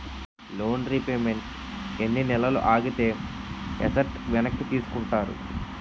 Loan repayment ఎన్ని నెలలు ఆగితే ఎసట్ వెనక్కి తీసుకుంటారు?